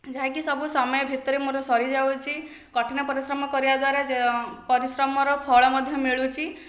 ଯାହାକି ସବୁ ସମୟ ଭିତରେ ମୋର ସରିଯାଉଛି କଠିନ ପରିଶ୍ରମ କରିବା ଦ୍ୱାରା ପରିଶ୍ରମର ଫଳ ମଧ୍ୟ ମିଳୁଛି